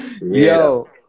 yo